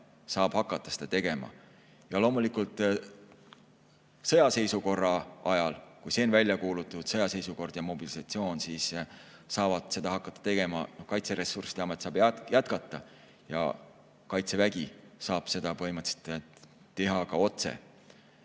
saab hakata seda tegema. Ja loomulikult sõjaseisukorra ajal, kui on välja kuulutatud sõjaseisukord ja mobilisatsioon, siis saab seda hakata tegema, Kaitseressursside Amet saab seda jätkata ja Kaitsevägi saab seda põhimõtteliselt teha ka otse.